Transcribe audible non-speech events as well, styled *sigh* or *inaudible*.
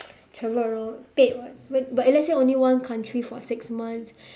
*noise* travel around paid [what] but but let's say only one country for six months